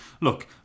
look